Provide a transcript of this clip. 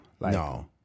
No